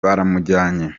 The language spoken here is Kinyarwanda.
baramujyanye